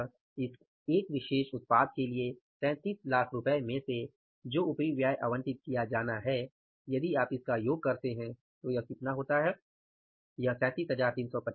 अतः इस 1 विशेष उत्पाद के लिए 3300000 रु में से जो उपरिव्याय आवंटित किया जाना है यदि आप इसका योग करते हैं तो यह कितना होता है 17350